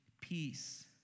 peace